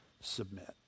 submit